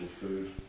food